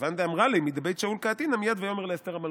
כיון דאמרה ליה מדבית שאול קאתינא מיד 'ויאמר לאסתר המלכה'"